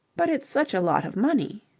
but it's such a lot of money.